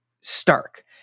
stark